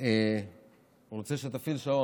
תפעיל שעון,